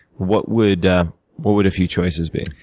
what would what would a few choices be?